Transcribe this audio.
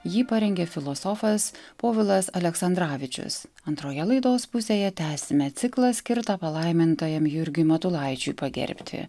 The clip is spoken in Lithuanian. jį parengė filosofas povilas aleksandravičius antroje laidos pusėje tęsime ciklą skirtą palaimintajam jurgiui matulaičiui pagerbti